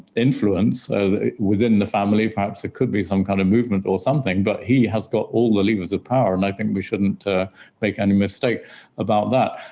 influence within the family, perhaps there could be some kind of movement or something, but he has got all the levers of power and i think we shouldn't make any mistake about that.